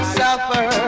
suffer